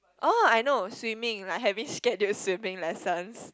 oh I know swimming like having scheduled swimming lessons